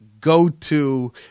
go-to